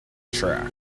track